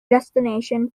destination